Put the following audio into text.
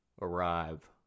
arrive